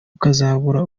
ukazabura